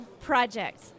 project